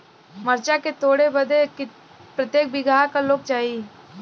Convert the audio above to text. मरचा के तोड़ बदे प्रत्येक बिगहा क लोग चाहिए?